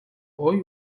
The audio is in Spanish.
hoy